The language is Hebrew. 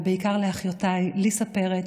ובעיקר לאחיותיי ליסה פרץ,